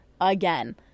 again